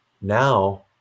Now